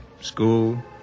School